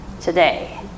today